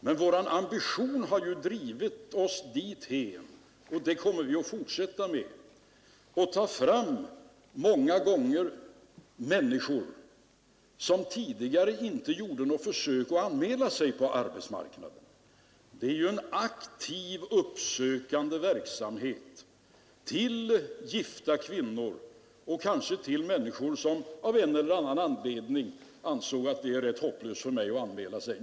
Men vår ambition har drivit oss till — och så kommer det att vara även i fortsättningen — att ta fram människor som tidigare inte gjorde något försök att anmäla sig på arbetsmarknaden. Det förekommer en aktiv uppsökande verksamhet med avseende på gifta kvinnor eller kanske på människor som av en eller annan anledning ansåg det hopplöst att anmäla sig.